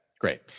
great